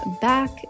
back